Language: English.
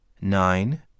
nine